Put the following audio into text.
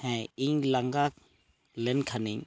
ᱦᱮᱸ ᱤᱧ ᱞᱟᱸᱜᱟ ᱞᱮᱱᱠᱷᱟᱱᱤᱧ